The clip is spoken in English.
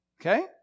Okay